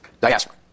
diaspora